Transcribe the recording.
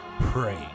Pray